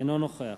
אינו נוכח